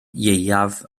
ieuaf